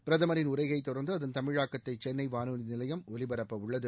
பிரதமரின் உரையைத் தொடர்ந்து அதன் தமிழாக்கத்தை சென்னை வானொலி நிலையம் ஒலிபரப்ப உள்ளது